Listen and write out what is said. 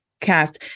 cast